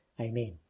Amen